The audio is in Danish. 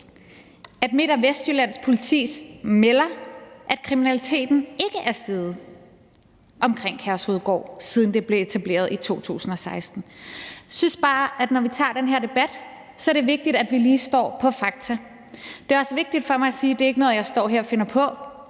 at Midt- og Vestjyllands Politi melder, at kriminaliteten ikke er steget omkring Kærshovedgård, siden det blev etableret i 2016. Jeg synes bare, at når vi tager den her debat, er det vigtigt, at vi lige står på fakta. Det er også vigtigt for mig at sige, at det ikke er noget, jeg står her og finder på;